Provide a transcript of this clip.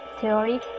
theory